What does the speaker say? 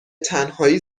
تنهایی